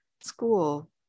school